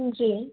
जी